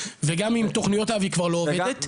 וגם עם תוכניות אב היא כבר לא עובדת,